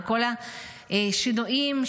וכל השינויים,